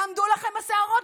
יעמדו לכם השערות.